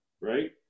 right